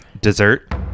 dessert